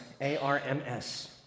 A-R-M-S